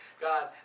God